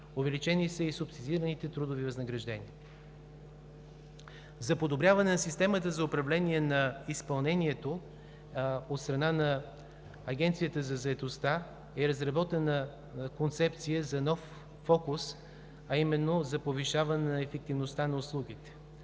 Увеличени са и субсидираните трудови възнаграждения. За подобряване на системата за управление на изпълнението от страна на Агенцията за заетостта е разработена концепция за нов фокус, а именно: за повишаване на ефективността на услугите,